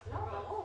התשפ"א-2021.